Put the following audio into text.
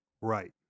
Right